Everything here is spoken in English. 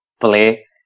play